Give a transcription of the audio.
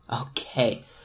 Okay